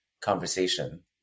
conversation